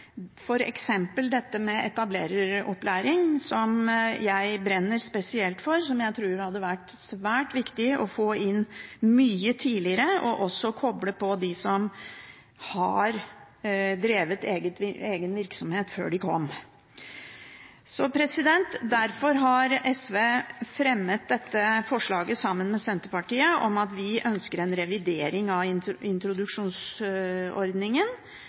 jeg det hadde vært svært viktig å få inn etablereropplæring, som jeg brenner spesielt for, mye tidligere og også å koble på dem som har drevet egen virksomhet før de kom. Derfor har SV, sammen med Senterpartiet, fremmet forslag om at vi ønsker en revidering av introduksjonsordningen,